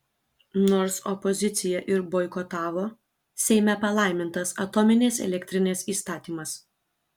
nors opozicija ir boikotavo seime palaimintas atominės elektrinės įstatymas